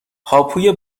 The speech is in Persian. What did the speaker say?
هاپوی